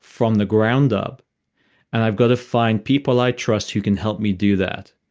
from the ground up and i've got to find people i trust who can help me do that,